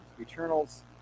Eternals